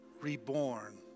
reborn